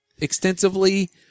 extensively